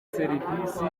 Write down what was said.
serivisi